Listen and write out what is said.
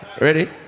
Ready